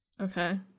Okay